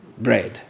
Bread